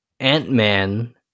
ant-man